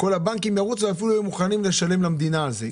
כל הבנקים ירוצו ואפילו יהיו מוכנים לשלם למדינה על זה,